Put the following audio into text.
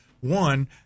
one